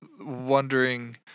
wondering